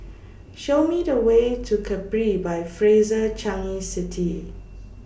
Show Me The Way to Capri By Fraser Changi City